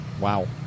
wow